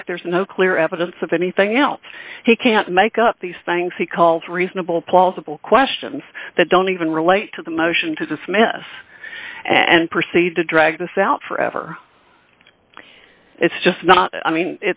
fact there's no clear evidence of anything else he can't make up these things he calls reasonable plausible questions that don't even relate to the motion to dismiss and proceed to drag this out forever it's just not i mean